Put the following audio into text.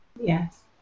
Yes